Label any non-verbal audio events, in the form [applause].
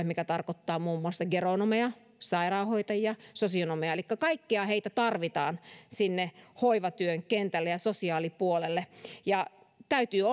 [unintelligible] mikä tarkoittaa muun muassa geronomeja sairaanhoitajia sosionomeja elikkä kaikkia heitä tarvitaan sinne hoivatyön kentälle ja sosiaalipuolelle täytyy [unintelligible]